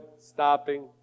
stopping